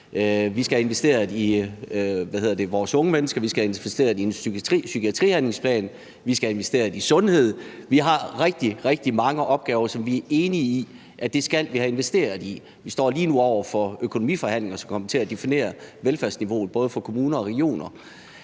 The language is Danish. Vi skal have investeret i vores unge mennesker, vi skal have investeret i en psykiatrihandlingsplan, vi skal have investeret i sundhed. Vi har rigtig, rigtig mange opgaver, som vi er enige om at vi skal have investeret i. Vi står lige nu over for økonomiforhandlinger, som kommer til at definere velfærdsniveauet for både kommuner og regioner.